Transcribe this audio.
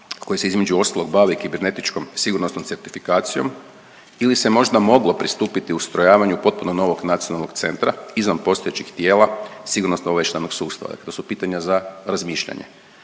koji se između ostalog bavi kibernetičkom sigurnosnom certifikacijom ili se možda moglo pristupiti ustrojavanju potpuno novog Nacionalnog centra izvan postojećih tijela sigurnosno-obavještajnog sustava? To su pitanja za razmišljanje.